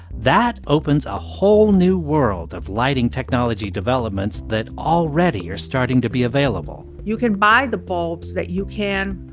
that opens a whole new world of lighting technology developments that already are starting to be available you can buy the bulbs that you can,